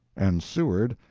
and seward,